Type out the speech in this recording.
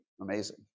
amazing